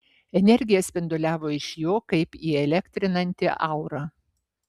energija spinduliavo iš jo kaip įelektrinanti aura